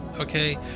okay